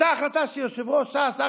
אותה החלטה שיושב-ראש ש"ס,